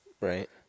Right